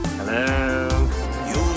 Hello